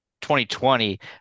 2020